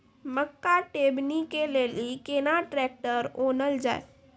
मक्का टेबनी के लेली केना ट्रैक्टर ओनल जाय?